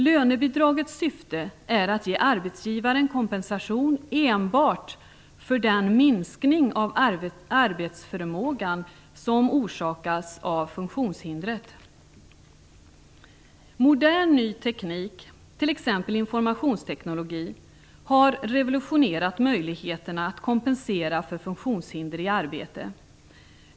Lönebidragets syfte är att ge arbetsgivaren kompensation enbart för den minskning av arbetsförmågan som orsakas av funktionshindret. Modern ny teknik, t.ex. informationsteknik har revolutionerat möjligheten att kompensera för funktionshinder i arbetet.